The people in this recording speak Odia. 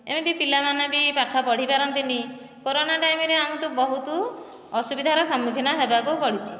ଏମିତି ପିଲାମାନେ ବି ପାଠ ପଢ଼ି ପାରନ୍ତିନି କୋରୋନା ଟାଇମିରେ ଆମକୁ ବହୁତ ଅସୁବିଧାର ସମ୍ମୁଖୀନ ହେବାକୁ ପଡ଼ିଛି